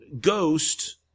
Ghost